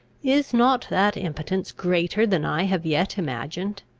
is not that impotence greater than i have yet imagined?